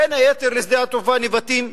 בין היתר לשדה-התעופה נבטים.